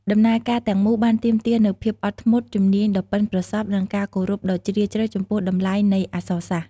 ដំណើរការទាំងមូលបានទាមទារនូវភាពអត់ធ្មត់ ជំនាញដ៏ប៉ិនប្រសប់ និងការគោរពដ៏ជ្រាលជ្រៅចំពោះតម្លៃនៃអក្សរសាស្ត្រ។